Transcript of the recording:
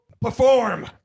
perform